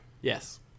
Yes